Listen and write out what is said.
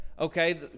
Okay